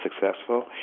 successful